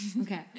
Okay